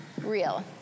real